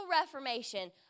reformation